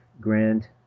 grand